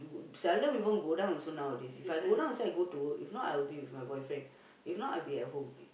seldom people go down so nowadays If I go down also I go to work if not I'll be with my boyfriend if not I'll be at home